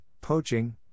poaching